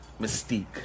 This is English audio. mystique